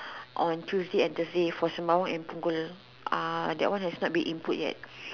on Tuesday and Thursday for Sembawang and Punggol